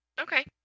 Okay